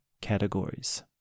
categories